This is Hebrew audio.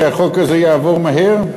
שהחוק הזה יעבור מהר?